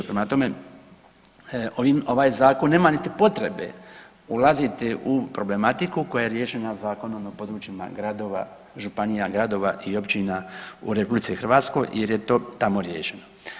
Prema tome, ovaj Zakon nema niti potrebe ulaziti u problematiku koja je riješena Zakonom o područjima gradova, županija, gradova i općina u RH, jer je to tamo riješeno.